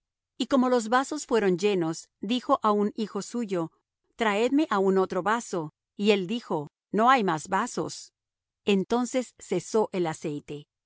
y como los vasos fueron llenos dijo á un hijo suyo tráeme aún otro vaso y él dijo no hay más vasos entonces cesó el aceite